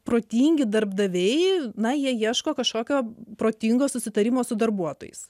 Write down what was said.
protingi darbdaviai na jie ieško kažkokio protingo susitarimo su darbuotojais